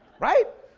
right?